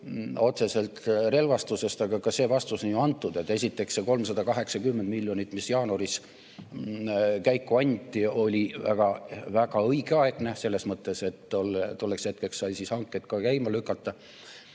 otseselt relvastusele, aga ka see vastus on ju antud. Esiteks, 380 miljonit eurot, mis jaanuaris käiku anti, oli väga-väga õigeaegne selles mõttes, et tolleks hetkeks sai hanked käima lükata